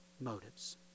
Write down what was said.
motives